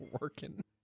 working